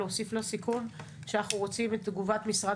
להוסיף לסיכום שאנחנו רוצים את תגובת משרד